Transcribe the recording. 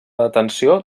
detenció